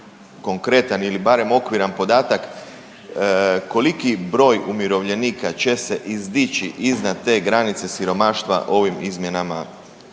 konkretan ili barem okviran podatak koliki broj umirovljenika će se izdići iznad te granice siromaštva ovim izmjenama